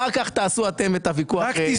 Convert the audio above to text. אחר-כך תעשו אתם את הוויכוח.